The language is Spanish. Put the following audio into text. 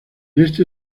este